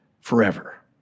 forever